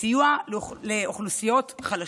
וסיוע לאוכלוסיות חלשות.